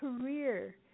career